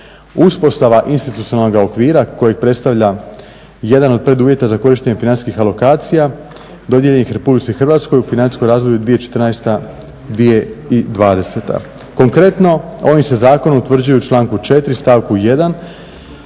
Uspostava institucionalnog okvira kojeg predstavlja jedan od preduvjeta za korištenje financijskih alokacija dodijeljenih RH u financijskom razdoblju 2014.-2020. Konkretno, ovim se zakonom utvrđuje u članku 4.stavku